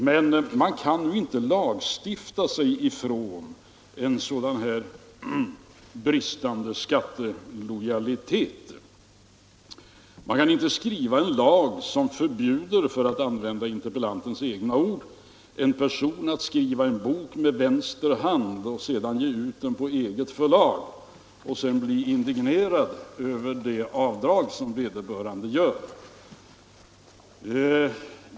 Men man kan nog inte lagstifta sig från en sådan här bristande skattelojalitet. Man kan inte skriva en lag som, för att använda interpellantens egna ord, förbjuder en person att skriva en bok ”med vänster hand” och ge ut den på eget förlag — och sedan bli indignerad över de avdrag som vederbörande gör.